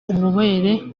ububobere